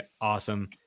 Awesome